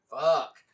Fuck